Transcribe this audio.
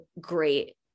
great